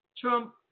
Trump